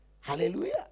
hallelujah